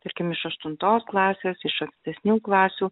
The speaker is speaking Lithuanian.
tarkim iš aštuntos klasės iš ankstesnių klasių